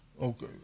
okay